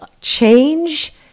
change